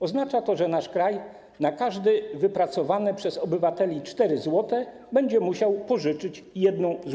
Oznacza to, że nasz kraj na każde wypracowane przez obywateli 4 zł będzie musiał pożyczyć 1 zł.